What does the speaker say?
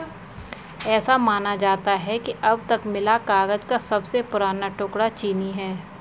ऐसा माना जाता है कि अब तक मिला कागज का सबसे पुराना टुकड़ा चीनी है